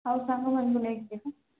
ଆଉ ସାଙ୍ଗମାନଙ୍କୁ ନେଇକି ଯିବା